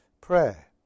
prayer